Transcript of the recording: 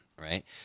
right